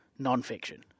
nonfiction